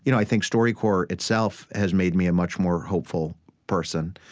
you know i think storycorps itself has made me a much more hopeful person.